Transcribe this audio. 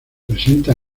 presenta